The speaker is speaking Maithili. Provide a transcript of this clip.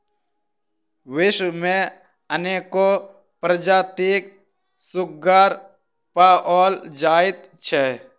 विश्व मे अनेको प्रजातिक सुग्गर पाओल जाइत छै